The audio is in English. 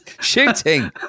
shooting